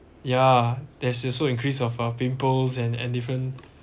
yeah there's also increase of uh pimples and and different